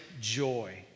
joy